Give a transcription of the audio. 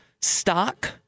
stock